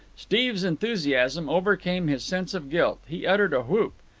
steve's enthusiasm overcame his sense of guilt. he uttered a whoop.